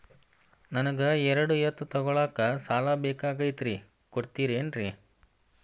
ನನಗ ಎರಡು ಎತ್ತು ತಗೋಳಾಕ್ ಸಾಲಾ ಬೇಕಾಗೈತ್ರಿ ಕೊಡ್ತಿರೇನ್ರಿ?